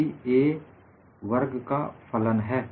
G a वर्ग का फलन है